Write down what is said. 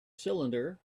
cylinder